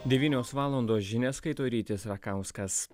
devynios valandos žinias skaito rytis rakauskas